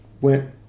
went